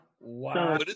wow